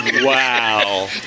Wow